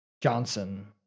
Johnson